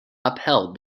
upheld